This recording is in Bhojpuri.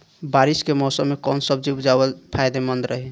बारिश के मौषम मे कौन सब्जी उपजावल फायदेमंद रही?